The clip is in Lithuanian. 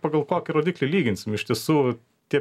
pagal kokį rodiklį lyginsim iš tiesų tie